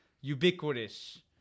ubiquitous